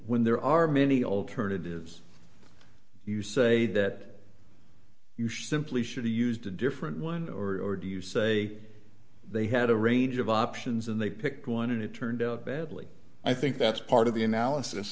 when there are many alternatives you say that you should simply should you used a different one or do you say they had a range of options and they picked one and it turned out badly i think that's part of the analysis